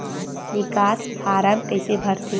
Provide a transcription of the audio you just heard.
निकास फारम कइसे भरथे?